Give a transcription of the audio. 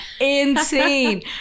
insane